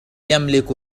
يملك